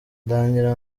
ndagira